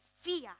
fear